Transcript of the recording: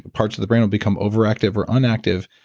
parts of the brain will become overactive or inactive.